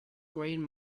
green